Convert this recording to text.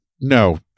No